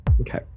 Okay